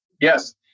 Yes